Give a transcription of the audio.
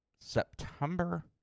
September